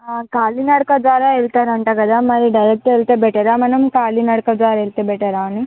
కాలినడక ద్వారా వెళ్తారు అంట కదా మరి డైరెక్ట్ వెళ్తే బెటరా మనం కాలినడక వెళ్తే బెటరా అని